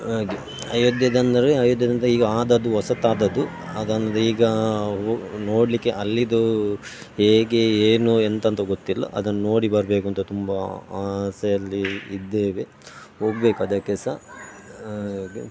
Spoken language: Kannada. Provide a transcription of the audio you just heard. ಹಾಗೆ ಅಯೋಧ್ಯೆದಂದರೆ ಅಯೋಧ್ಯೆದಂತ ಈಗ ಆದದ್ದು ಹೊಸತಾದದ್ದು ಅದಂದರೆ ಈಗ ಒ ನೋಡಲಿಕ್ಕೆ ಅಲ್ಲಿಯದು ಹೇಗೆ ಏನು ಎಂತ ಅಂತ ಗೊತ್ತಿಲ್ಲ ಅದನ್ನು ನೋಡಿ ಬರಬೇಕು ಅಂತ ತುಂಬ ಆಸೆಯಲ್ಲಿ ಇದ್ದೇವೆ ಹೋಗ್ಬೇಕ್ ಅದಕ್ಕೆ ಸಹ ಹಾಗೇ